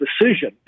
decision